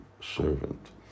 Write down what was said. servant